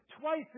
Twice